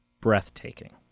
Breathtaking